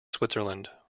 switzerland